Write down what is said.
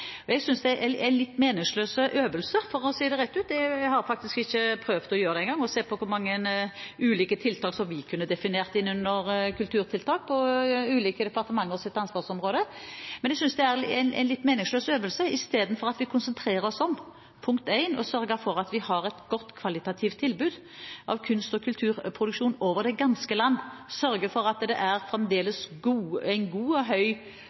det. Jeg synes det er en litt meningsløs øvelse, for å si det rett ut. Jeg har faktisk ikke prøvd å gjøre det en gang – å se på hvor mange ulike tiltak vi kunne definert inn under kulturtiltak på ulike departementers ansvarsområder. Men jeg synes det er en litt meningsløs øvelse i stedet for at vi konsentrerer oss om punkt 1, å sørge for at vi har et godt kvalitativt tilbud av kunst- og kulturproduksjoner over det ganske land, og å sørge for at det fremdeles er gode og